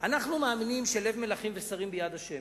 אנחנו מאמינים שלב מלכים ושרים ביד ה'.